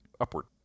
upward